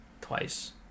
twice